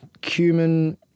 cumin